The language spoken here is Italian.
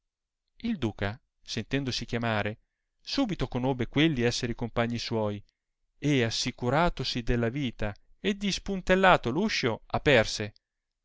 il duca sentendosi chiamare subito conobbe quelli esser i compagni suoi e assicuratosi della vita e dispuntellato r uscio aperse